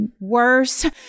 worse